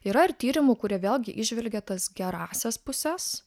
yra ir tyrimų kurie vėlgi įžvelgia tas gerąsias puses